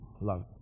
love